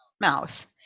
mouth